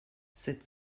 sept